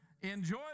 enjoy